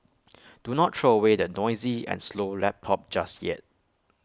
do not throw away that noisy and slow lap pop just yet